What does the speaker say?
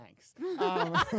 Thanks